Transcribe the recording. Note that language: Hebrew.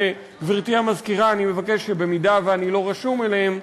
וגברתי המזכירה, אני מבקש שאם אני לא רשום אליהם,